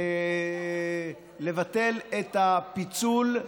לבטל את הפיצול,